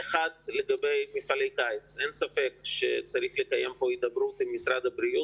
לגבי מפעלי הקיץ אין ספק שצריך לקיים הידברות של משרד הבריאות,